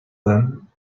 them